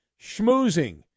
schmoozing